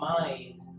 mind